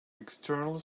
external